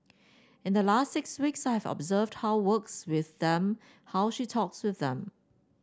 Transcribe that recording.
in the last six weeks I have observed how works with them how she talks to them